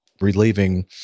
relieving